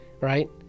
right